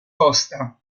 costa